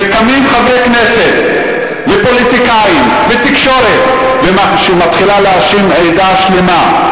וקמים חברי כנסת ופוליטיקאים ותקשורת ומתחילים להאשים עדה שלמה.